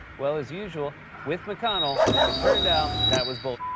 well, as usual with mcconnell, it turned out that was bull